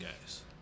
guys